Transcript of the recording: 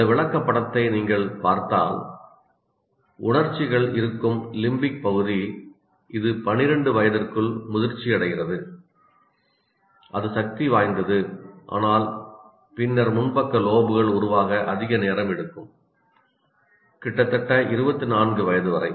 இந்த விளக்கப்படத்தை நீங்கள் பார்த்தால் உணர்ச்சிகள் இருக்கும் லிம்பிக் பகுதி இது 12 வயதிற்குள் முதிர்ச்சியடைகிறது அது சக்தி வாய்ந்தது ஆனால் பின்னர் முன்பக்க லோப்கள் உருவாக அதிக நேரம் எடுக்கும் கிட்டத்தட்ட 24 வயது வரை